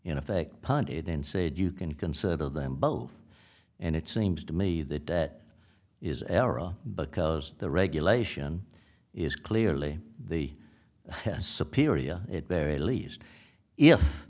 in effect punt it in said you can consider them both and it seems to me that that is ara because the regulation is clearly the subpoena area it very least if